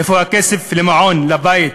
איפה הכסף למעון, לבית?